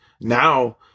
Now